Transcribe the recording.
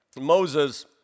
Moses